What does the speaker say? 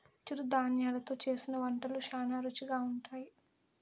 చిరుధాన్యలు తో చేసిన వంటలు శ్యానా రుచిగా ఉంటాయి